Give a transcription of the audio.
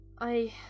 I